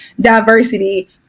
diversity